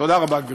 תודה רבה, גברתי.